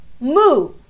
move